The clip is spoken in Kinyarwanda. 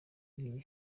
iri